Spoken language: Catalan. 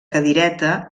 cadireta